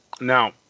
Now